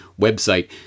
website